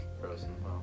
frozen